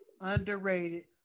underrated